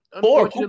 Four